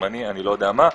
זמני לא יודע מה,